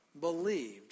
believed